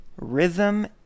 rhythm